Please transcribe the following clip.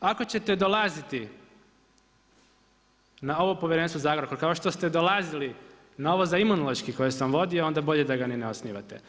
Ako ćete dolaziti na ovo povjerenstvo za Agrokor kao što ste dolazili na ovo za Imunološki koji sam vodio onda bolje da ga ni ne osnivate.